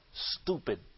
Stupid